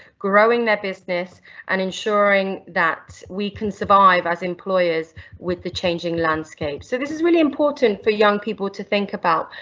growing their business and ensuring that we can survive as employers with the changing landscape, so this is really important for young people to think about.